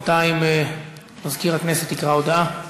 מזכיר הכנסת יקרא הודעה.